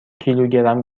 کیلوگرم